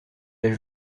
l’as